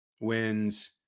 wins